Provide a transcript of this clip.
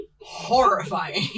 horrifying